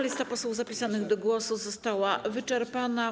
Lista posłów zapisanych do głosu została wyczerpana.